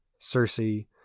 Cersei